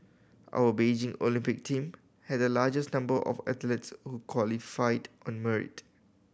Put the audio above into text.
our Beijing Olympic team had the largest number of athletes who qualified on merit